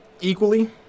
Equally